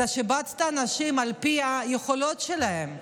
אתה שיבצת אנשים על פי היכולות שלהם.